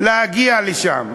להגיע לשם.